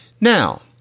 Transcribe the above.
Now